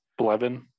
Blevin